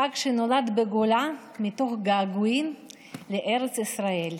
החג שנולד בגולה מתוך געגועים לארץ ישראל,